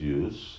use